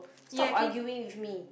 stop arguing with me